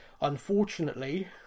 Unfortunately